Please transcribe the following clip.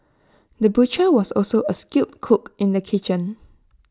the butcher was also A skilled cook in the kitchen